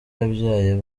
yabyaye